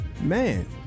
man